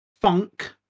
funk